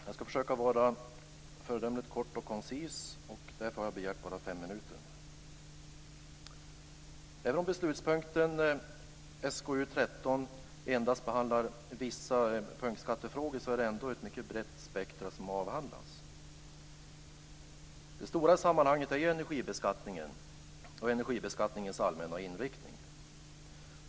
Jag skall försöka vara föredömligt kort och koncis, och därför har jag begärt bara fem minuter. "vissa punktskattefrågor" så är det ändå ett mycket brett spektrum som avhandlas. Det stora i sammanhanget är ju energibeskattningen och energibeskattningens allmänna inriktning.